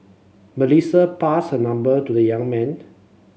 Melissa passed her number to the young man